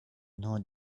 know